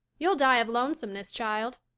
you'll die of lonesomeness, child.